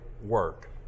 work